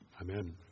Amen